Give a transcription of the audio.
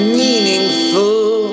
meaningful